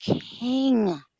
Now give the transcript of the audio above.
King